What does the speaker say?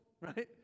right